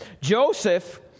Joseph